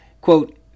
quote